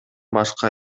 башка